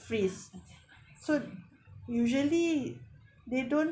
freeze so usually they don't